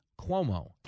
Cuomo